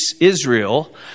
Israel